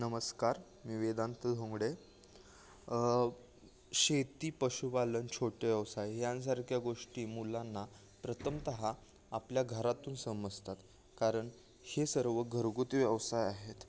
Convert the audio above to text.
नमस्कार मी वेदांत धोंगडे शेती पशुपालक छोटे व्यवसाय ह्यांसारख्या गोष्टी मुलांना प्रथमतः आपल्या घरातून समजतात कारण हे सर्व घरगुती व्यवसाय आहेत